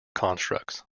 constructs